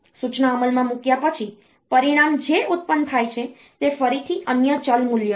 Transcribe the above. સૂચના અમલમાં મૂક્યા પછી પરિણામ જે ઉત્પન્ન થાય છે તે ફરીથી અન્ય ચલ મૂલ્ય છે